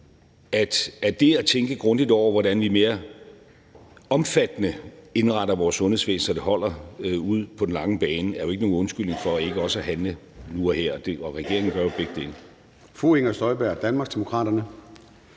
at det at tænke grundigt over, hvordan vi mere omfattende indretter vores sundhedsvæsen, så det holder på den lange bane, jo ikke er en undskyldning for ikke også at handle nu og her. Regeringen gør jo begge dele.